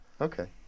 Okay